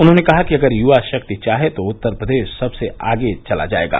उन्होंने कहा कि अगर युवा शक्ति चाहे तो उत्तर प्रदेश सबसे आगे चला जायेगा